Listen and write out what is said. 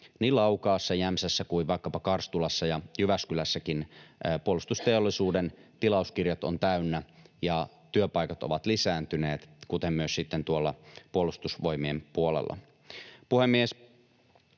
niin Laukaassa, Jämsässä kuin vaikkapa Karstulassa ja Jyväskylässäkin, puolustusteollisuuden tilauskirjat ovat täynnä ja työpaikat ovat lisääntyneet, kuten myös Puolustusvoimien puolella.